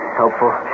helpful